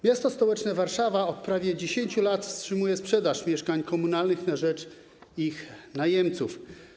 Miasto stołeczne Warszawa od prawie 10 lat wstrzymuje sprzedaż mieszkań komunalnych ich najemcom.